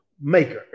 maker